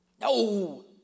No